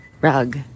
rug